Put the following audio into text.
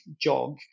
jog